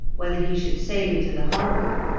whether he should sail into the harbour,